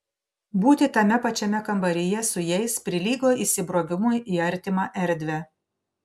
būti tame pačiame kambaryje su jais prilygo įsibrovimui į artimą erdvę